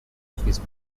office